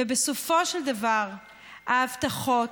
ובסופו של דבר ההבטחות,